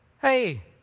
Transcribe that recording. Hey